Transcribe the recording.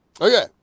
Okay